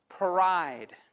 Pride